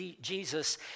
Jesus